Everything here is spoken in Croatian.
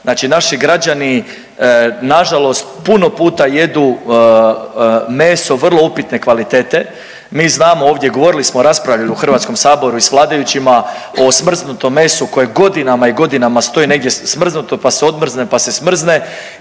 Znači naši građani nažalost puno puta jedu meso vrlo upitne kvalitete. Mi znamo ovdje, govorili smo i raspravljali u HS i s vladajućima o smrznutom mesu koje godinama i godinama stoji negdje smrznuto, pa se odmrzne, pa se smrzne